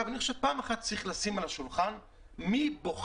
אני חושב שפעם אחת צריך לשים על השולחן את הסוגיה של מי בוחר,